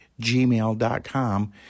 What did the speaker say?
gmail.com